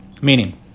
meaning